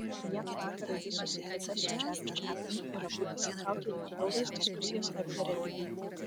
vieną vakarą jis susitiko su čarliu čaplinu ir abu įsitraukė į ilgas diskusijas apie religiją